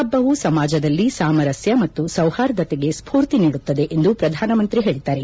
ಹಬ್ಬವು ಸಮಾಜದಲ್ಲಿ ಸಾಮರಸ್ಥ ಮತ್ತು ಸೌಹಾರ್ದತೆಗೆ ಸ್ಕೂರ್ತಿ ನೀಡುತ್ತದೆ ಎಂದು ಪ್ರಧಾನಮಂತ್ರಿ ಹೇಳದ್ದಾರೆ